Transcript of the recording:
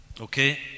Okay